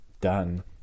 Done